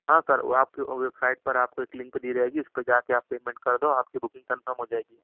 ہاں سر وہ آپ کے ویب سائٹ پر آپ کو ایک لنک دی جائے گی اس پہ جا کے آپ پیمنٹ کر دو آپ کی بکنگ کنفرم ہو جائے گی